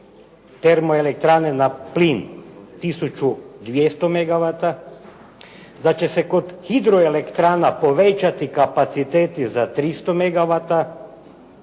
termoelektrane na plin tisuću 200 megawata. Da će se kod hidroelektrana povećati kapaciteti za 300